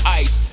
ice